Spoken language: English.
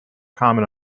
common